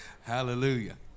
Hallelujah